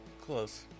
Close